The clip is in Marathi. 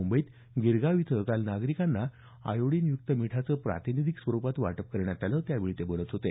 मुंबईमधल्या गिरगाव इथं काल नागरिकांना आयोडिनय्क्त मीठाचं प्रातिनिधिक स्वरुपात वाटप करण्यात आलं त्यावेळी ते बोलत होते